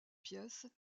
pièces